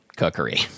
cookery